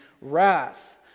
wrath